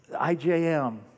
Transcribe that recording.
IJM